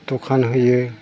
दखान होयो